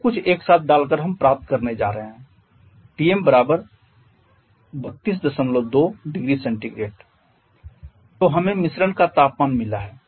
सब कुछ एक साथ डालकर हम प्राप्त करने जा रहे हैं Tm 322 0C तो हमें मिश्रण का तापमान मिला है